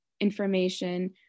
information